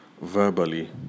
verbally